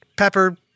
Pepper